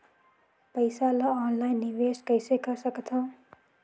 पईसा ल ऑनलाइन निवेश कइसे कर सकथव?